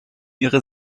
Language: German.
ihre